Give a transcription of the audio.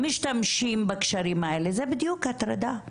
משתמשים בקשרים האלה - זה בדיוק הטרדה מינית.